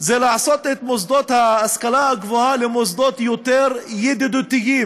זה לעשות את מוסדות ההשכלה הגבוהה למוסדות יותר ידידותיים,